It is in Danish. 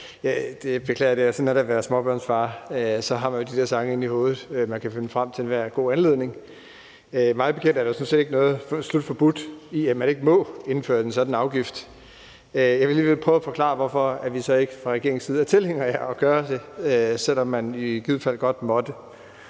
Jeg beklager. Sådan er det at være småbørnsfar. Så har man jo de der sange inde i hovedet, som man kan finde frem til enhver god anledning. Mig bekendt er der sådan set ikke noget »slut, forbudt« i, at man ikke må indføre en sådan afgift. Jeg vil alligevel prøve at forklare, hvorfor vi så ikke fra regeringens side er tilhængere af at gøre det, selv om man i givet fald godt måtte.